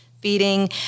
feeding